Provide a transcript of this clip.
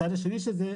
הצד השני של זה,